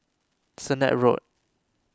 Sennett Road